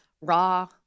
raw